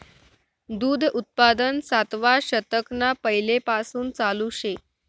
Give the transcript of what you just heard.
दूध उत्पादन सातवा शतकना पैलेपासून चालू शे